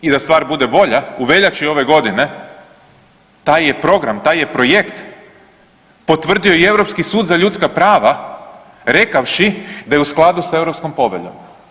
I da stvar bude bolja u veljači ove godine taj je program, taj je projekt potvrdio i Europski sud za ljudska prava rekavši da je u skladu sa Europskom poveljom.